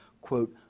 quote